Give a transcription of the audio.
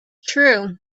true